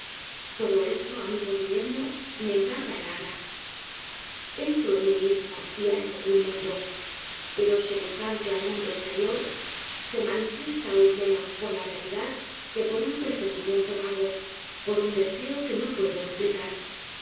todo esto amigo guillermo me embarga el habla entro en mí mismo y hallo un mundo pero semejante al mundo eslerior se manifiesta aun menos por la realidad que por un presentimiento vago por un deseo que no puedo esplicar